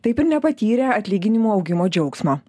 taip ir nepatyrė atlyginimų augimo džiaugsmo